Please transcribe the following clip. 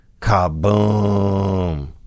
Kaboom